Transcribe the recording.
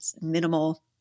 minimal